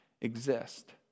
exist